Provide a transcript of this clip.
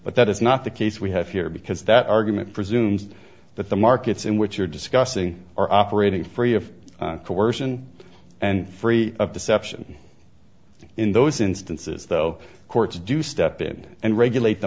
but that is not the case we have here because that argument presumes that the markets in which you're discussing are operating free of coersion and free of deception in those instances though courts do step in and regulate the